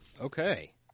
Okay